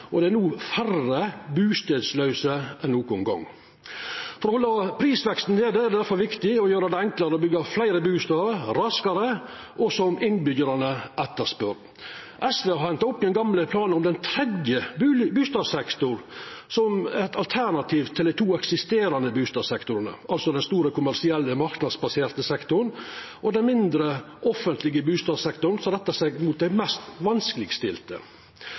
Det er no færre bustadlause enn nokon gong. For å halda prisveksten nede er det difor viktig å gjera det enklare å byggja fleire bustader raskare – og slike som innbyggjarane etterspør. SV har henta opp igjen gamle planar om ein tredje bustadsektor som eit alternativ til dei to eksisterande bustadsektorane, altså den store, marknadsbaserte, kommersielle sektoren og den mindre, offentlege bustadsektoren, som rettar seg mot dei mest vanskelegstilte.